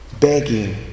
begging